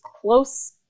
close